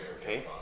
okay